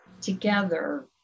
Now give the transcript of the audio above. together